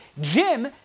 Jim